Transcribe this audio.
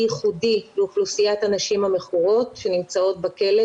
ייחודי לאוכלוסיית הנשים המכורות שנמצאות בכלא,